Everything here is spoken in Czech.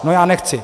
No já nechci!